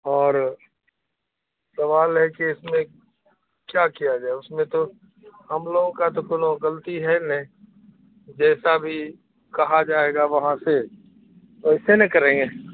اور سوال ہے کہ اس میں کیا کیا جائے اس میں تو ہم لوگوں کا تو کونو غلطی ہے نہیں جیسا بھی کہا جائے گا وہاں سے ویسے نا کریں گے